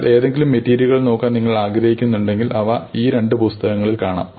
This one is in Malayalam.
എന്നാൽ ഏതെങ്കിലും മെറ്റീരിയലുകൾ നോക്കാൻ നിങ്ങൾ ആഗ്രഹിക്കുന്നുവെങ്കിൽ അവ ഈ രണ്ട് പുസ്തകങ്ങളിൽ കാണാം